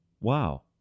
Wow